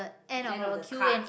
end of the cards